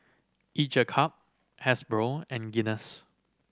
Each a Cup Hasbro and Guinness